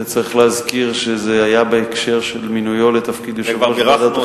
צריך להזכיר שזה היה בהקשר של מינויו לתפקיד יושב-ראש ועדת החינוך.